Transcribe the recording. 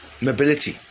mobility